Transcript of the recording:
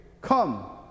come